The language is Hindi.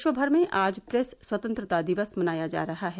विश्व भर में आज प्रेस स्वतंत्रता दिवस मनाया जा रहा है